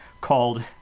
called